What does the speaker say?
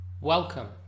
Welcome